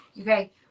okay